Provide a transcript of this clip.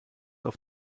auf